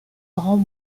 grands